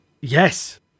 Yes